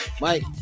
Mike